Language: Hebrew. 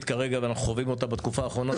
כרגע ואנחנו חווים אותה בתקופה האחרונה,